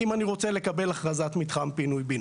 אם אני רוצה לקבל הכרזת מתחם פינוי בינוי.